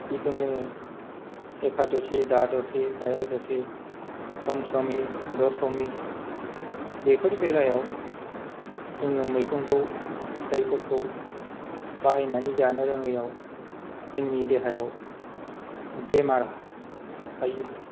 बिदिनो एकादशि दादशि त्रायदशि पन्छमि दशमि बेफोर बेलायाव जोङो मैगंखौ फिथाइफोरखौ बाहायनानै जानो रोङैयाव जोंनि देहायाव बेमार साबफायो